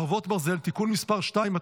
חרבות ברזל) (תיקון מס' 2),